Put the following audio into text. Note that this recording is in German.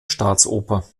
staatsoper